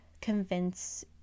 convince